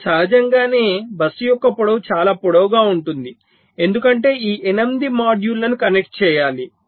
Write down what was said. ఇప్పుడు సహజంగానే బస్సు యొక్క పొడవు చాలా పొడవుగా ఉంటుంది ఎందుకంటే ఈ 8 మాడ్యూళ్ళను కనెక్ట్ చేయాలి